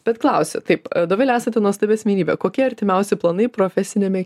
bet klausia taip dovile esate nuostabi asmenybė kokie artimiausi planai profesiniame